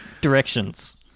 directions